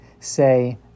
Say